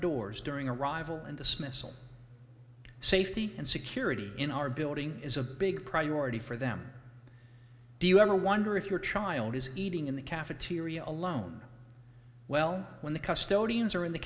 doors during arrival and dismissal safety and security in our building is a big priority for them do you ever wonder if your child is eating in the cafeteria alone well when the custody ins are in the